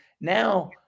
now